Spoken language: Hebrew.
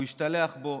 הוא השתלח בו,